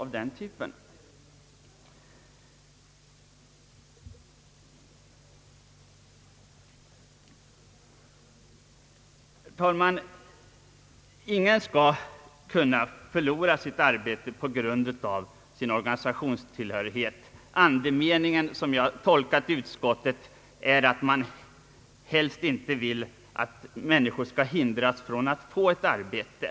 Ingen skall enligt lagen kunna förlora sitt arbete på grund av sin organisationstillhörighet. Andemeningen — såsom jag har tolkat utskottet — är att man helst också vill att människor inte skall hindras från att få ett nytt arbete.